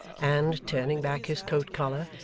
and, turning back his coat-collar,